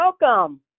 welcome